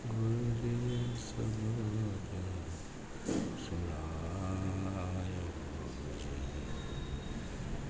ગુરુજી સમરે